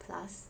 plus